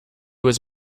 was